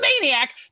maniac